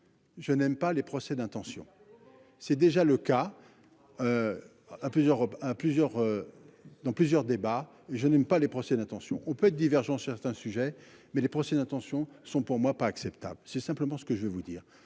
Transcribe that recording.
Je n'aime pas les procès d'intention. C'est déjà le cas. À plusieurs à plusieurs. Dans plusieurs débats. Je n'aime pas les procès d'intention on peut divergent, certains sujets mais les procès d'intention sont pour moi pas acceptable, c'est simplement ce que je vais vous dire,